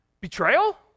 betrayal